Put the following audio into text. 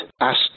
asked